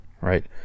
right